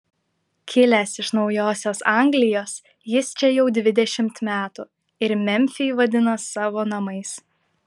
kilęs iš naujosios anglijos jis čia jau dvidešimt metų ir memfį vadina savo namais